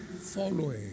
following